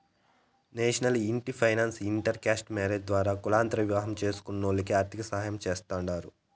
national ఇంటి finance inter caste marriages ద్వారా కులాంతర వివాహం చేస్కునోల్లకి ఆర్థికసాయం చేస్తాండారు